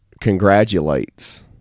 congratulates